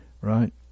right